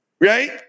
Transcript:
Right